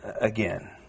again